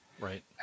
Right